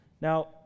Now